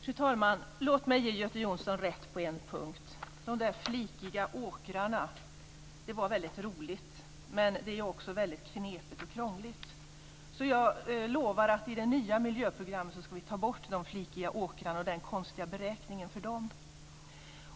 Fru talman! Låt mig ge Göte Jonsson rätt på en punkt. Det var väldigt roligt med de flikiga åkrarna, men det är också väldigt knepigt och krångligt. Jag lovar att vi i det nya miljöprogrammet ska ta bort de flikiga åkrarna och den konstiga beräkningen för dem. Sedan